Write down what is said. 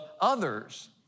others